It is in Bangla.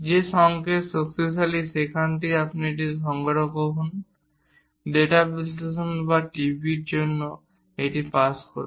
যে সংকেত শক্তিশালী সেখান থেকে আপনি এটি সংগ্রহ করুন ডেটা বিশ্লেষণ বা টিভির জন্য এটি পাস করুন